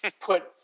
put